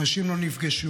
אנשים לא נפגשו,